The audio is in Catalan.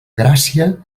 gràcia